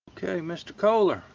ok mr. kohler,